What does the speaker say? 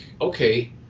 okay